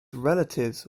relatives